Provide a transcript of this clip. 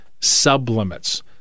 sublimits